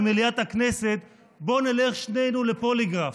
ממליאת הכנסת: בוא נלך שנינו לפוליגרף.